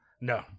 no